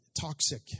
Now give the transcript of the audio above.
toxic